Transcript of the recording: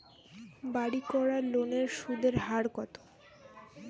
বাড়ির করার লোনের সুদের হার কত?